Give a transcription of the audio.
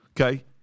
Okay